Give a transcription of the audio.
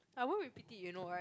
I won't be pitied you know right